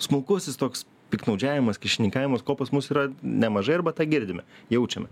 smulkusis toks piktnaudžiavimas kyšininkavimas ko pas mus yra nemažai arba tą girdime jaučiame